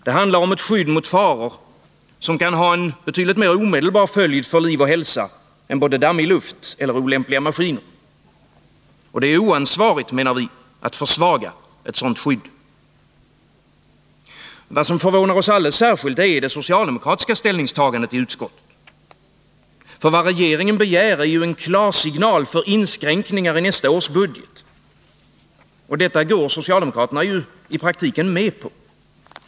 Det handlar om ett skydd mot faror, som kan ha väsentligt mera omedelbara följder för både liv och hälsa än dammig luft eller olämpliga maskiner. Det är oansvarigt, menar vi, att försvaga ett sådant skydd. Vad som alldeles särskilt förvånar är det socialdemokratiska ställningstagandet i utskottet. Vad regeringen begär är ju klarsignal för inskränkningar i nästa års budget. Och det går socialdemokraterna ju i praktiken med på.